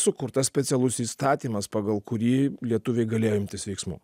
sukurtas specialus įstatymas pagal kurį lietuviai galėjo imtis veiksmų